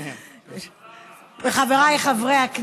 בושה וחרפה.